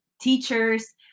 teachers